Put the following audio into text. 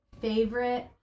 favorite